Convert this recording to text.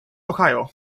ohio